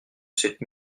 cette